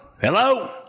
Hello